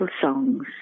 songs